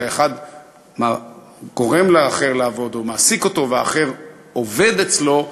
שהאחד גורם לאחר לעבוד או מעסיק אותו והאחר עובד אצלו,